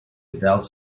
without